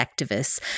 activists